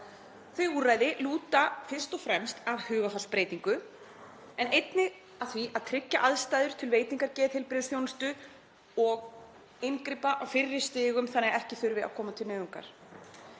Þau úrræði lúta fyrst og fremst að hugarfarsbreytingu en einnig að því að tryggja aðstæður til veitingar geðheilbrigðisþjónustu og inngripa á fyrri stigum þannig að ekki þurfi að koma til nauðungar.